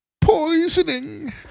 poisoning